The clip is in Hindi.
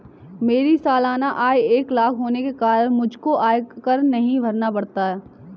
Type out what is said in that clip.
मेरी सालाना आय एक लाख होने के कारण मुझको आयकर नहीं भरना पड़ता